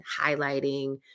highlighting